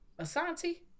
Asante